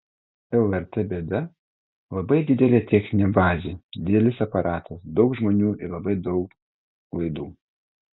lrt bėda labai didelė techninė bazė didelis aparatas daug žmonių ir labai daug laidų